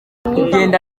kugenda